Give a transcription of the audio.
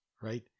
Right